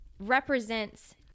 represents